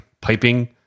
piping